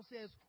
says